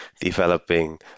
developing